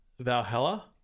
Valhalla